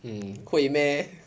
mm 会 meh